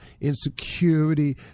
insecurity